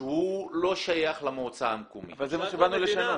שלא שייך למועצה המקומית --- אבל זה מה שבאנו לשנות.